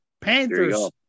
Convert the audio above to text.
Panthers